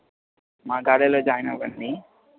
మా కాలేజ్లో జాయిన్ అవ్వండి